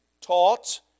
taught